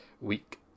week